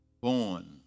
Born